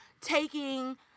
taking